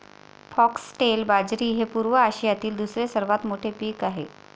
foxtail बाजरी हे पूर्व आशियातील दुसरे सर्वात मोठे पीक आहे